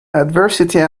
adversity